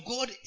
God